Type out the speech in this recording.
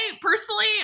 personally